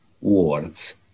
words